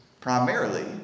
primarily